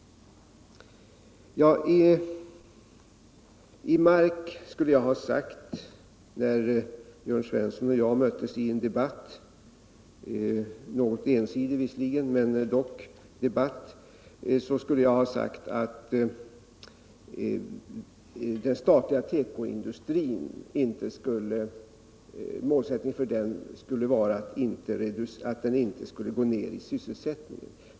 I Mark skulle jag, när Jörn Svensson och jag möttes i en debatt — något ensidig visserligen men dock en debatt — ha sagt att målsättningen för den statliga tekoindustrin skulle vara att inte gå ned i sysselsättningen.